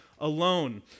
alone